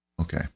Okay